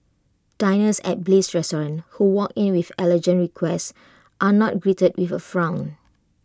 diners at bliss restaurant who walk in with allergen requests are not greeted with A frown